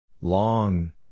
Long